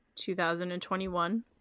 2021